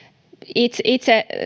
itse itse